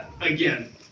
again